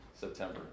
September